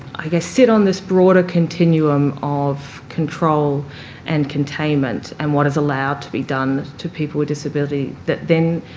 i guess, sit on this broader continuum of control and containment, and what is allowed to be done to people with disability that then,